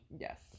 yes